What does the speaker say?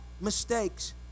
mistakes